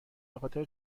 بخاطر